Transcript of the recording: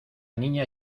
niña